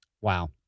Wow